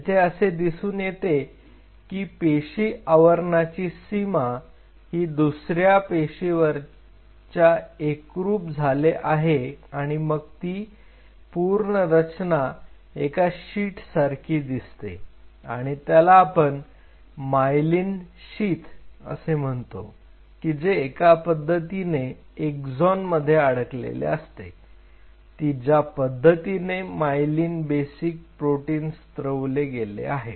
येथे असे दिसून येते की पेशी आवरणाची सीमा ही दुसऱ्या पेशावरच्या एकरूप झाले आहे आणि मग ती पूर्ण रचना एका शीटसारखी दिसते आणि त्याला आपण मायलिन शीथ असे म्हणतो की जे एका पद्धतीने एकझोन मध्ये अडकवलेले असते ती ज्या पद्धतीने मायलिन बेसिक प्रोटीन स्त्रवले गेले आहे